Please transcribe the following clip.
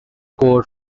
core